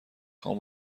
هام